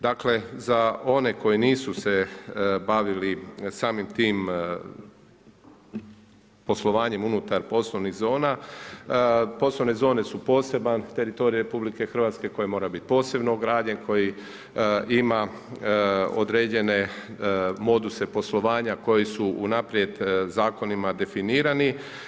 Dakle za one koji nisu se bavili samim tim poslovanjem unutar poslovnih zona, poslovne zone su poseban teritorij RH, koji mora biti posebno ograđen, koji ima određene moduse poslovanja koji su unaprijed zakonima definirani.